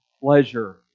pleasure